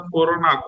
Corona